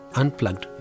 unplugged